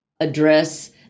address